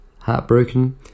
Heartbroken